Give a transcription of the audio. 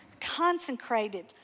consecrated